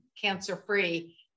cancer-free